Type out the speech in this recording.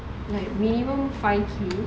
like minimum five K